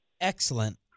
Excellent